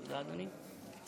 תודה, אדוני.